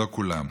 לא כולם.